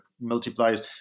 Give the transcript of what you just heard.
multiplies